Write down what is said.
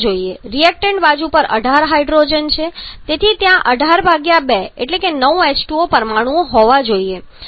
reactant બાજુ પર 18 hydrogen અણુઓ છે તેથી ત્યાં 18 ભાગ્યા 2 એટલે કે 9 H2O પરમાણુ હોવા જોઈએ